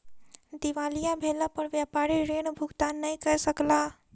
दिवालिया भेला पर व्यापारी ऋण भुगतान नै कय सकला